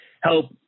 help